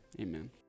amen